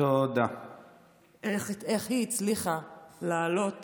איך היא הצליחה לעלות